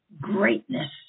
greatness